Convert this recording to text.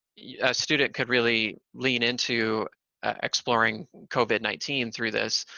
yeah student could really lean into exploring covid nineteen through this,